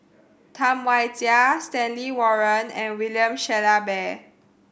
Tam Wai Jia Stanley Warren and William Shellabear